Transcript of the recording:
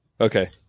Okay